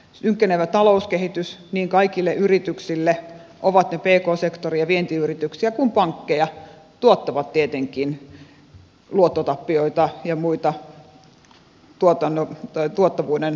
synkkenevä talouskehitys kaikille yrityksille ovat ne niin pk sektori ja vientiyrityksiä kuin pankkeja tuottaa tietenkin luottotappioita ja muuta tuottavuuden alentamista